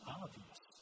obvious